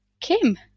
Kim